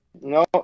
No